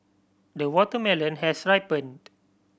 the watermelon has ripened